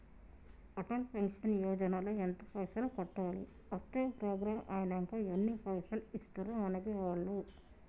Atal pension యోజన ల ఎంత పైసల్ కట్టాలి? అత్తే ప్రోగ్రాం ఐనాక ఎన్ని పైసల్ ఇస్తరు మనకి వాళ్లు?